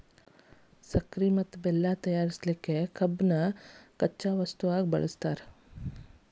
ಸಕ್ಕರಿ ಮತ್ತ ಬೆಲ್ಲ ತಯಾರ್ ಮಾಡಕ್ ಕಬ್ಬನ್ನ ಕಚ್ಚಾ ವಸ್ತುವಾಗಿ ಬಳಸ್ತಾರ